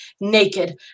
naked